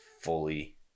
fully